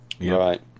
Right